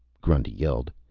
grundy yelled.